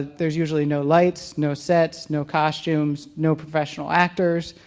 there's usually no lights, no sets, no costumes, no professional actors.